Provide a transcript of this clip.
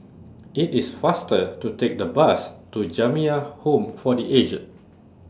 IT IS faster to Take The Bus to Jamiyah Home For The Aged